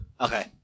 Okay